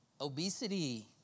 obesity